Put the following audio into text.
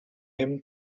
him